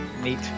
Neat